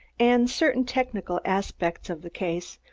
and certain technical aspects of the case,